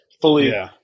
fully